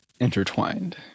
intertwined